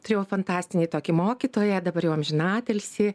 turėjau fantastinį tokį mokytoją dabar jau amžinatilsį